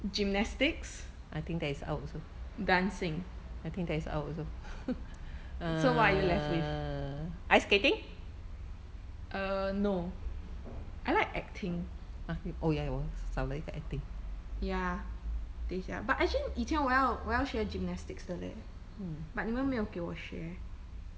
gymnastics dancing so what are you left with err no I like acting ya 等一下 but actually 以前我要我要学 gymnastics 的 leh but 你们没有给我学